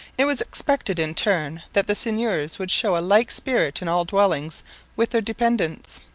it was expected, in turn, that the seigneurs would show a like spirit in all dealings with their dependants.